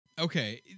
Okay